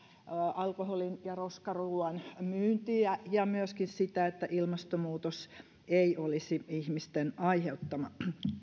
alkoholin ja roskaruuan myyntiä ja myöskin sitä että ilmastonmuutos ei olisi ihmisten aiheuttama